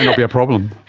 and be a problem.